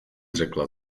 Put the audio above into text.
řekla